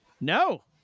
No